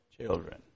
children